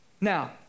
Now